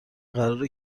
قراره